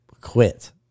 quit